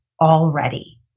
already